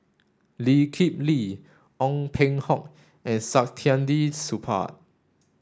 Lee Kip Lee Ong Peng Hock and Saktiandi Supaat